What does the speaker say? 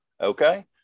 Okay